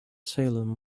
salem